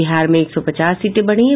बिहार में एक सौ पचास सीटें बढ़ी हैं